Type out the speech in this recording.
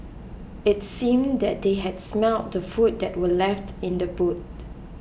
it seemed that they had smelt the food that were left in the boot